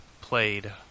played